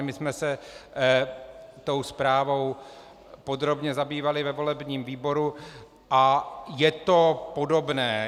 My jsme se tou zprávou podrobně zabývali ve volebním výboru a je to podobné.